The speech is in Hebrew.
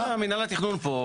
רגע, שנייה, מינהל התכנון פה.